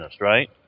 right